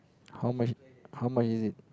how much how much is it